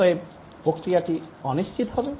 অতএব প্রক্রিয়াটি অনিশ্চিত হবে